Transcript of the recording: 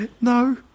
No